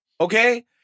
Okay